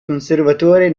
conservatore